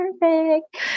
perfect